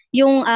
yung